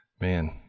man